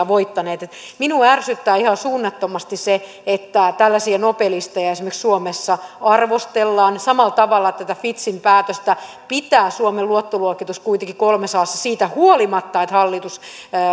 voittaneet minua ärsyttää ihan suunnattomasti se että tällaisia nobelisteja esimerkiksi suomessa arvostellaan samalla tavalla tätä fitchin päätöstä pitää suomen luottoluokitus kuitenkin kolmessa assa siitä huolimatta että hallitus